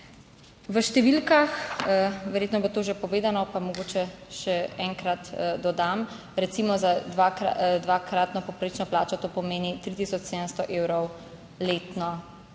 V številkah verjetno je bilo to že povedano, pa mogoče še enkrat dodam, Recimo, za dvakratno povprečno plačo to pomeni 3 tisoč 700 evrov letno več